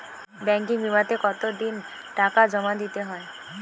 Banking বিমাতে কত দিন টাকা জমা দিতে হয়?